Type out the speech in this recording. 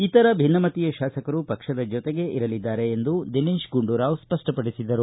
ಇತರ ಭಿನ್ನಮತೀಯ ಶಾಸಕರು ಪಕ್ಷದ ಜೊತೆಗೆ ಇರಲಿದ್ದಾರೆ ಎಂದು ದಿನೇಶ ಗುಂಡೂರಾವ್ ಸ್ಪಪ್ಪಪಡಿಸಿದರು